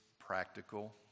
practical